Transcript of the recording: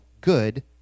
good